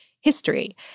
history